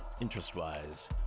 interest-wise